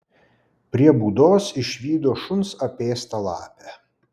prie būdos išvydo šuns apėstą lapę